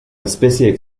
especie